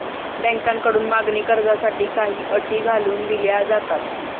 बँकांकडून मागणी कर्जासाठी काही अटी घालून दिल्या जातात